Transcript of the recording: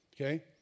Okay